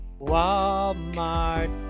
Walmart